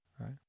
Right